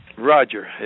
Roger